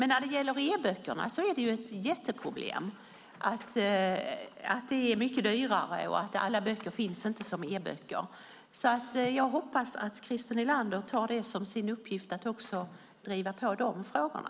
När det gäller e-böckerna är det ett jätteproblem att de är mycket dyrare och att alla böcker inte finns som e-bok. Jag hoppas att Christer Nylander tar det som sin uppgift att även driva på de frågorna.